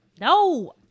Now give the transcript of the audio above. No